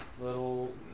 Little